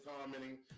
commenting